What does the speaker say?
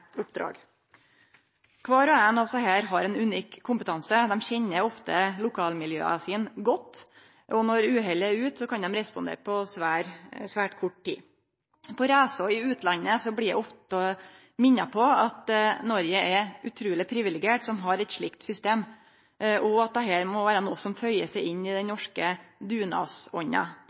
og ein av desse har ein unik kompetanse. Dei kjenner ofte lokalmiljøa sine godt, og når uhellet er ute, kan dei respondere på svært kort tid. På reiser i utlandet blir eg ofte minna på at Noreg er utruleg privilegert som har eit slikt system, og at dette må vere noko som føyer seg inn i den norske